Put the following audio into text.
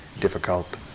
difficult